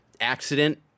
accident